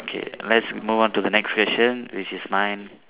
okay lets move on to the next question which is mine